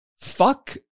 fuck